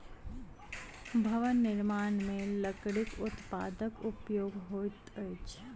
भवन निर्माण मे लकड़ीक उत्पादक उपयोग होइत अछि